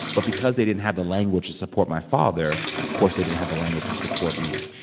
but because they didn't have the language to support my father, of course they didn't have the language to support me.